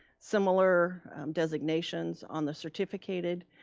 similar designations on the certificated.